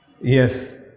Yes